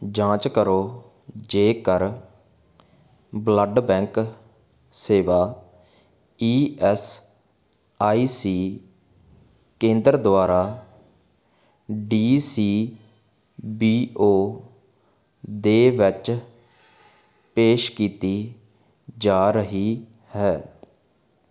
ਜਾਂਚ ਕਰੋ ਜੇਕਰ ਬਲੱਡ ਬੈਂਕ ਸੇਵਾ ਈ ਐਸ ਆਈ ਸੀ ਕੇਂਦਰ ਦੁਆਰਾ ਡੀ ਸੀ ਬੀ ਓ ਦੇ ਵਿੱਚ ਪੇਸ਼ ਕੀਤੀ ਜਾ ਰਹੀ ਹੈ